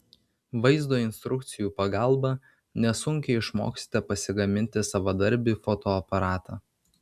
vaizdo instrukcijų pagalba nesunkiai išmoksite pasigaminti savadarbį fotoaparatą